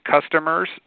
customers –